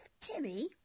Timmy